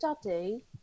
study